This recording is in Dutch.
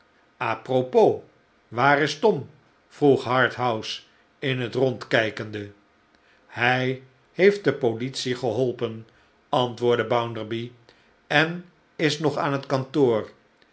propos waar is tom vroeg harthouse in het rond kijkende hij heeft de politie geholpen antwoordde bounderby en is nog aan het kantoor